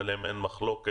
שעליהם אין מחלוקת